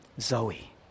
Zoe